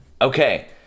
Okay